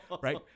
right